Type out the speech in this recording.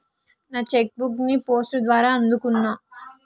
నా cheque book ని post ద్వారా అందుకున్నా